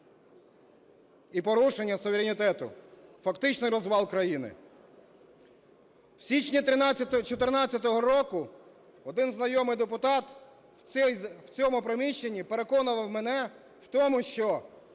і порушення суверенітету – фактичний розвал країни. З січня 14-го року один знайомий депутат у цьому приміщенні переконував мене в тому, що